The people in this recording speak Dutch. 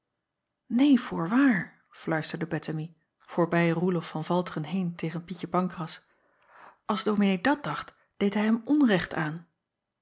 een voorwaar fluisterde ettemie voorbij oelof van alteren heen tegen ietje ancras als ominee dat dacht deed hij hem onrecht aan